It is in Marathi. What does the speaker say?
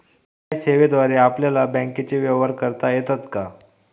यू.पी.आय सेवेद्वारे आपल्याला बँकचे व्यवहार करता येतात का?